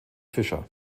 fischer